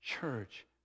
church